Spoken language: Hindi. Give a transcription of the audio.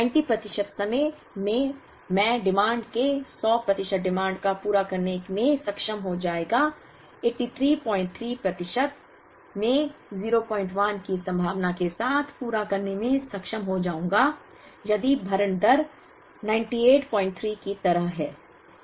90 प्रतिशत समय मैं मांग के 100 प्रतिशत मांग को पूरा करने में सक्षम हो जाएगा 833 प्रतिशत मैं 01 की संभावना के साथ पूरा करने में सक्षम हो जाऊंगा यदि भरण दर 983 की तरह है